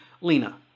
Lena